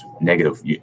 negative